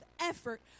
effort